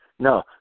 No